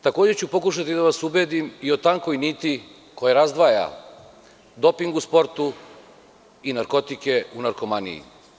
Takođe ću pokušati da vas ubedim i o tankoj niti koja razdvaja doping u sportu i narkotike u narkomaniji.